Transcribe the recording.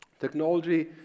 Technology